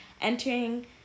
entering